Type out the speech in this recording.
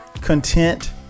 content